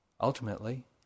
ultimately